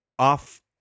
Off